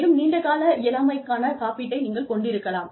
மேலும் நீண்ட கால இயலாமைக்கான காப்பீட்டை நீங்கள் கொண்டிருக்கலாம்